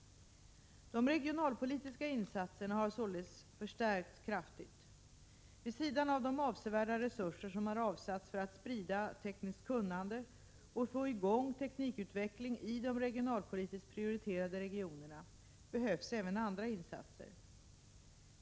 De regionalpolitiska insatserna har således förstärkts kraftigt. Vid sidan av de avsevärda resurser som har avsatts för att sprida tekniskt kunnande och få i gång teknikutvecklingen i de regionalpolitiskt prioriterade regionerna behövs även andra insatser.